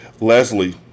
Leslie